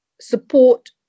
support